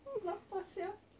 hmm lapar sia